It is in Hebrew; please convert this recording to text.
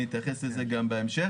אני אתייחס לזה גם בהמשך.